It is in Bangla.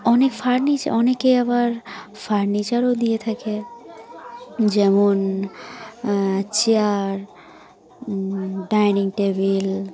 অনেক ফার্নিচার অনেকে আবার ফার্নিচারও দিয়ে থাকে যেমন চেয়ার ডাইনিং টেবিল